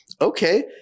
Okay